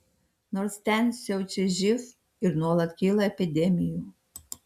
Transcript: nors ten siaučia živ ir nuolat kyla epidemijų